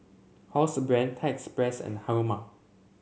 Housebrand Thai Express and Haruma